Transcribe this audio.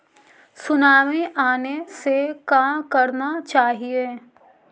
Tsunami आने से का करना चाहिए?